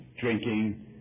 drinking